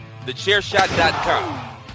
TheChairShot.com